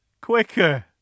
Quicker